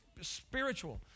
spiritual